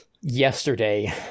yesterday